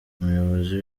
umuyobozi